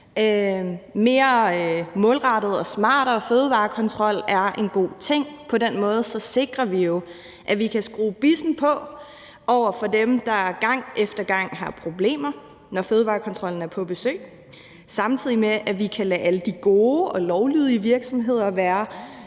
mere målrettet og smartere fødevarekontrol er en god ting, og på den måde sikrer vi jo, at vi kan skrue bissen på over for dem, der gang efter gang har problemer, når fødevarekontrollen er på besøg, samtidig med at vi kan lade alle de gode og lovlydige virksomheder være